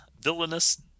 villainous